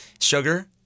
sugar